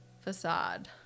facade